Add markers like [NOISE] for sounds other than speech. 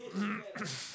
[COUGHS]